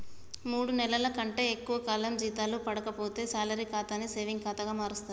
మూడు నెలల కంటే ఎక్కువ కాలం జీతాలు పడక పోతే శాలరీ ఖాతాని సేవింగ్ ఖాతా మారుస్తరు